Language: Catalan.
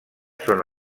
són